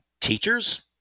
teachers